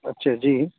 اچھا جی